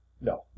No